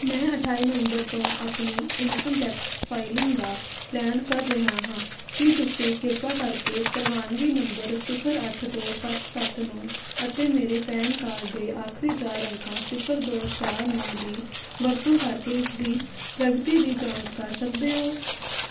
ਮੈਂ ਅਠਾਈ ਨਵੰਬਰ ਤੋਂ ਆਪਣੀ ਇਨਕਮ ਟੈਕਸ ਫਾਈਲਿੰਗ ਦਾ ਪਲੈਨ ਕਰ ਰਿਹਾ ਹਾਂ ਕੀ ਤੁਸੀਂ ਕਿਰਪਾ ਕਰਕੇ ਪ੍ਰਵਾਨਗੀ ਨੰਬਰ ਸਿਫਰ ਅੱਠ ਦੋ ਸੱਤ ਸੱਤ ਨੂੰ ਅਤੇ ਮੇਰੇ ਪੈਨ ਕਾਰਡ ਦੇ ਆਖਰੀ ਚਾਰ ਅੰਕਾਂ ਸਿਫਰ ਦੋ ਚਾਰ ਨੌ ਦੀ ਵਰਤੋਂ ਕਰਕੇ ਇਸ ਦੀ ਪ੍ਰਗਤੀ ਦੀ ਜਾਂਚ ਕਰ ਸਕਦੇ ਹੋ